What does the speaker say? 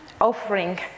offering